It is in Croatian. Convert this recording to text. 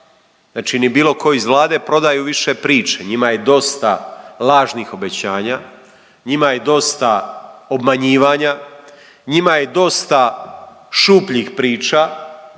znači ni bilo tko iz Vlade prodaju više priče. Njima je dosta lažnih obećanja, njima je dosta obmanjivanja, njima je dosta šupljih priča.